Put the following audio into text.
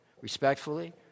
Respectfully